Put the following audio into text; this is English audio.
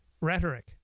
rhetoric